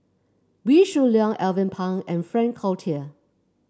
Wee Shoo Leong Alvin Pang and Frank Cloutier